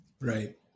Right